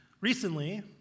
Recently